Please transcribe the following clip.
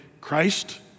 Christ